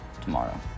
tomorrow